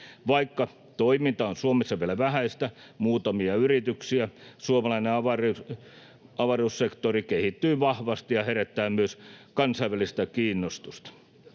Vaikka toiminta on Suomessa vielä vähäistä — muutamia yrityksiä — suomalainen avaruussektori kehittyy vahvasti ja herättää myös kansainvälistä kiinnostusta.